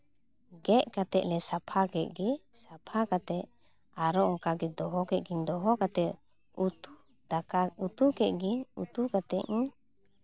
ᱜᱮᱫ ᱠᱟᱛᱮᱫ ᱞᱮ ᱥᱟᱯᱷᱟ ᱠᱮᱫ ᱜᱮ ᱥᱟᱯᱷᱟ ᱠᱟᱛᱮᱫ ᱟᱨᱚ ᱚᱱᱠᱟᱜᱮᱧ ᱫᱚᱦᱚ ᱠᱮᱫ ᱜᱮ ᱫᱚᱦᱚ ᱠᱟᱛᱮᱫ ᱩᱛᱩ ᱫᱟᱠᱟ ᱩᱛᱩ ᱠᱮᱫ ᱜᱤᱧ ᱩᱛᱩ ᱠᱟᱛᱮᱫ ᱤᱧ